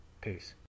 Peace